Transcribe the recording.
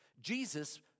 Jesus